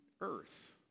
earth